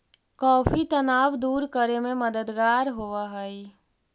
coffee तनाव दूर करे में मददगार होवऽ हई